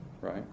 right